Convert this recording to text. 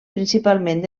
principalment